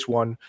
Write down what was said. one